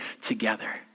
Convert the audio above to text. together